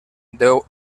deu